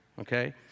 okay